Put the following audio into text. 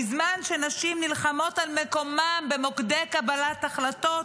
בזמן שנשים נלחמות על מקומן במוקדי קבלת החלטות,